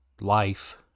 life